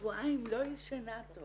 שבועיים לא ישנה טוב